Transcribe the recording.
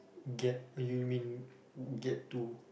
get oh you mean get to